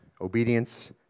obedience